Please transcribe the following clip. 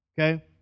Okay